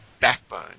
backbone